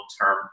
term